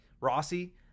Rossi